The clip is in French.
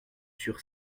sur